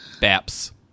Baps